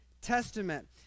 Testament